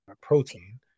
protein